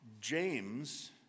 James